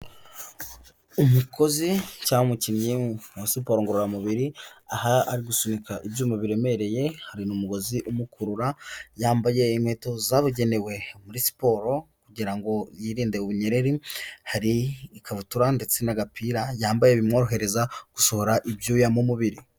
Umukozi cyangwa umukinnyi wa siporo ngororamubiri, aha ari gusunika ibyuma biremereye, hari n'umugozi umukurura, yambaye inkweto zabugenewe muri siporo kugira ngo yirinde ubunyeri, hari ikabutura ndetse n'agapira yambaye bimworohereza, gushora ibyuya mu mubiri.